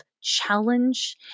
challenge